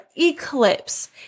eclipse